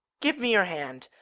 give me your hand.